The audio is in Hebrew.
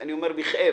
אני אומר בכאב.